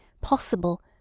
possible